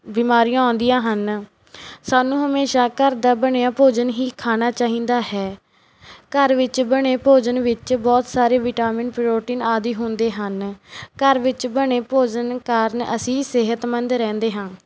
ਬਿਮਾਰੀਆਂ ਆਉਂਦੀਆਂ ਹਨ ਸਾਨੂੰ ਹਮੇਸ਼ਾ ਘਰ ਦਾ ਬਣਿਆ ਭੋਜਨ ਹੀ ਖਾਣਾ ਚਾਹੀਦਾ ਹੈ ਘਰ ਵਿੱਚ ਬਣੇ ਭੋਜਨ ਵਿੱਚ ਬਹੁਤ ਸਾਰੇ ਵਿਟਾਮਿਨ ਪ੍ਰੋਟੀਨ ਆਦਿ ਹੁੰਦੇ ਹਨ ਘਰ ਵਿੱਚ ਬਣੇ ਭੋਜਨ ਕਾਰਨ ਅਸੀਂ ਸਿਹਤਮੰਦ ਰਹਿੰਦੇ ਹਾਂ